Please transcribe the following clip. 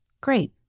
Great